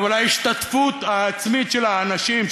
אבל ההשתתפות העצמית של האנשים,